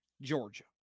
Georgia